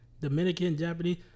Dominican-Japanese